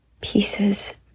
pieces